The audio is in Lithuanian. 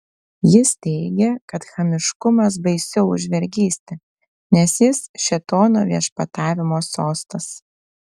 jis teigė kad chamiškumas baisiau už vergystę nes jis šėtono viešpatavimo sostas